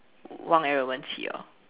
Wang-Ren and Wen-Qi orh